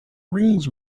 rings